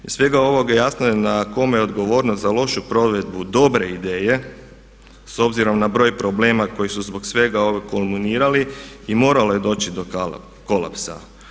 Iz svega ovoga jasno je na kome je odgovornost za lošu provedbu dobre ideje, s obzirom na broj problema koji su zbog svega ovog kulminirali i moralo je doći do kolapsa.